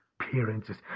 appearances